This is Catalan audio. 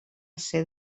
ser